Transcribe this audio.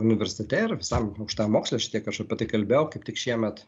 universitete ir visam aukštajam moksle šitiek aš apie tai kalbėjau kaip tik šiemet